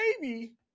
baby